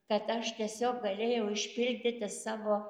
kad aš tiesiog galėjau išpildyti savo